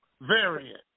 variant